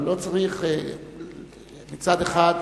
אבל לא צריך מצד אחד,